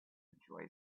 enjoy